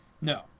no